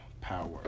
power